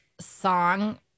song